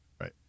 Right